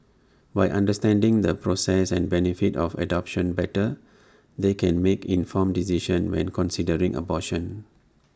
by understanding the process and benefits of adoption better they can make informed decisions when considering abortion